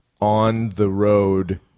on-the-road